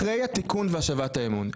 אחרי התיקון והשבת האמון,